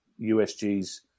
USG's